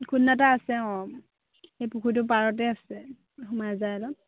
খুন্দাটা আছে অঁ সেই পুখুৰীটোৰ পাৰতে আছে সোমাই যায় অলপ